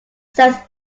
sets